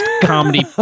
comedy